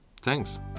thanks